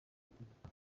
itegeko